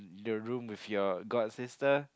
the room with your godsister